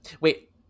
Wait